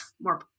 more